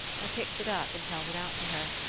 i picked it up and held it out to her,